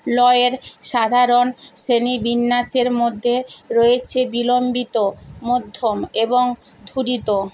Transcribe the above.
লয়ের সাধারণ শ্রেণীবিন্যাসের মধ্যে রয়েছে বিলম্বিত মধ্যম এবং দ্রুত